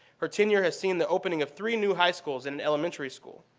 her tenure has seen the opening of three new high schools and an elementary school.